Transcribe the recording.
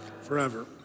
Forever